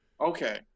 okay